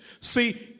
See